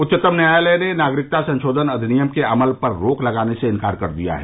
उच्चतम न्यायालय ने नागरिकता संशोधन अधिनियम के अमल पर रोक लगाने से इंकार कर दिया है